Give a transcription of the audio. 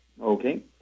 Okay